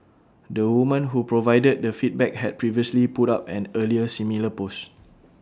the woman who provided the feedback had previously put up an earlier similar post